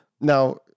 Now